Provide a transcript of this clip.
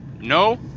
no